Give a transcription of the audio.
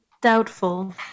Doubtful